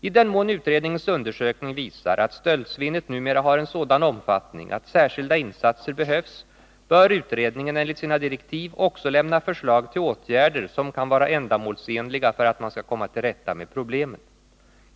I den mån utredningens undersökning visar att stöldsvinnet numera har en sådan omfattning att särskilda insatser behövs bör utredningen enligt sina direktiv också lämna förslag till åtgärder som kan vara ändamålsenliga för att man skall komma till rätta med problemen.